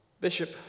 Bishop